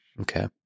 Okay